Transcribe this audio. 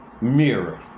mirror